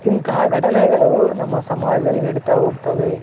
ಇಂತಹ ಘಟನೆಗಳು ನಮ್ಮ ಸಮಾಜದಲ್ಲಿ ನಡಿತಾ ಹೋಗ್ತವೆ